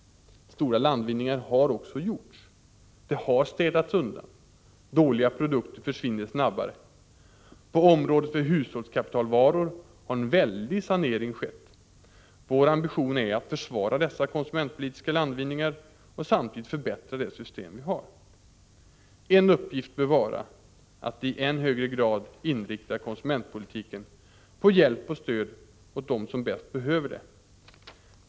Stora landvinningar har också gjorts. Det har städats undan. Dåliga produkter försvinner snabbare. På området för hushållskapitalvaror har en väldig sanering skett. Vår ambition är att försvara dessa konsumentpolitiska landvinningar och samtidigt förbättra det system vi har. En uppgift bör vara att i än högre grad inrikta konsumentpolitiken på hjälp och stöd åt dem som bäst behöver detta.